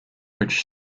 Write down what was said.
which